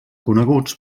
coneguts